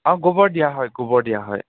অঁ গোবৰ দিয়া হয় গোবৰ দিয়া হয়